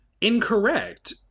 incorrect